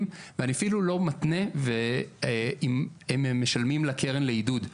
ואני אפילו לא מתנה אם הם משלמים לקרן לעידוד.